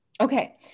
okay